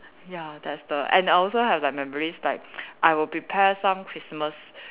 ya that's the and I also have like memories like I will prepare some Christmas